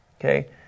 Okay